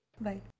Bye